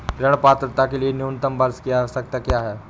ऋण पात्रता के लिए न्यूनतम वर्ष की आवश्यकता क्या है?